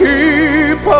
Keep